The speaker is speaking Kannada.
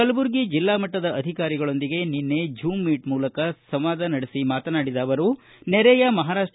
ಕಲಬುರಗಿ ಜೆಲ್ಲಾ ಮಟ್ಟದ ಅಧಿಕಾರಿಗಳೊಂದಿಗೆ ಝೂಮ್ ಮೀಟ್ ಮೂಲಕ ಸಂವಾದ ನಡೆಸಿ ಮಾತನಾಡಿದ ಅವರು ನೆರೆಯ ಮಹಾರಾಷ್ಟ